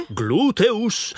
gluteus